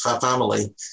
family